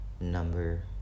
number